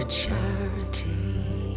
charity